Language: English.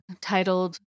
titled